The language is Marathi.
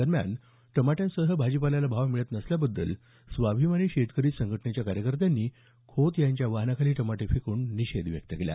दरम्यान टमाट्यांसह भाजीपाल्याला भाव मिळत नसल्याबद्दल स्वाभिमानी शेतकरी संघटनेच्या कार्यकर्त्यांनी खोत यांच्या वाहनाखाली टमाटे फेकून निषेध व्यक्त केला